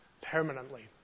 permanently